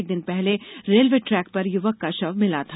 एक दिन पहले रेलवे ट्रेक पर युवक का शव मिला था